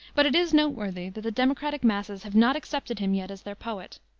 but it is noteworthy that the democratic masses have not accepted him yet as their poet.